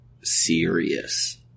serious